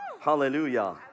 Hallelujah